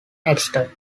exeter